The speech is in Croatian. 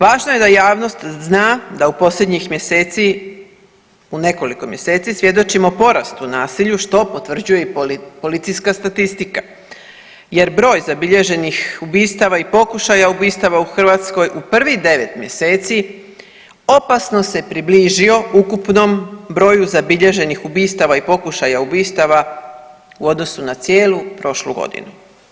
Važno je da javnost zna da u posljednjih mjeseci u nekoliko mjeseci svjedočimo porastu nasilju što potvrđuje i policijska statistika jer broj zabilježenih ubistava i pokušaja ubistava u Hrvatskoj u prvih 9 mjeseci opasno se približio ukupnom broju zabilježenih ubistava i pokušaja ubistava u odnosu na cijelu prošlu godinu.